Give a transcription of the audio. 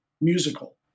musical